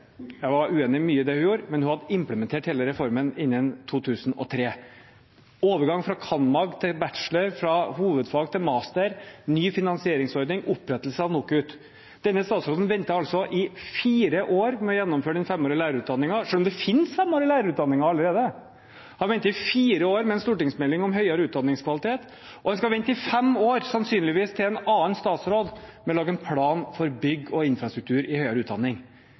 jeg uenig i mye av det hun gjorde, men hun hadde implementert hele reformen innen 2003 – overgang fra cand.mag. til bachelor og fra hovedfag til master, ny finansieringsordning, opprettelse av NOKUT. Denne statsråden venter altså i fire år med å gjennomføre den femårige lærerutdanningen, selv om det finnes femårige lærerutdanninger allerede. Han venter i fire år med en stortingsmelding om kvaliteten i høyere utdanning, og han skal vente i fem år, sannsynligvis, til en annen statsråd lager en annen plan for bygg og infrastruktur i høyere utdanning.